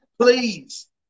please